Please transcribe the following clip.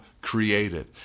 created